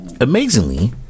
amazingly